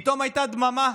פתאום הייתה דממה.